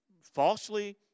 falsely